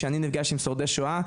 כשאני נפגש עם שורדי שואה,